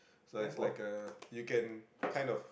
so it's like a you can kind of